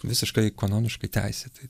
visiškai kanoniškai teisėtai